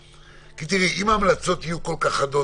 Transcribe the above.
כי אם ההמלצות יהיו כל כך חדות,